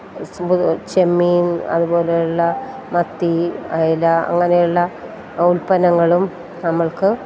ചെമ്മീൻ അതുപോലെയുള്ള മത്തി അയല അങ്ങനെയുള്ള ഉൽപ്പന്നങ്ങളും നമ്മൾക്ക്